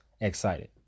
excited